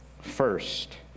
first